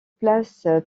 place